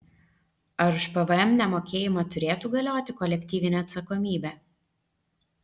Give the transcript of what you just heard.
ar už pvm nemokėjimą turėtų galioti kolektyvinė atsakomybė